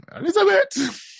Elizabeth